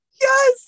Yes